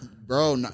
Bro